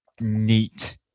neat